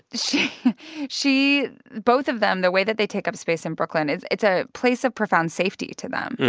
she she both of them, the way that they take up space in brooklyn, it's it's a place of profound safety to them,